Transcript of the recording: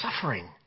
suffering